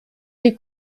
des